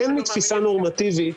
מתפיסה נורמטיבית,